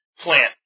plant